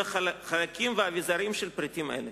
וחלקים ואביזרים של פריטים אלה.